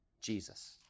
Jesus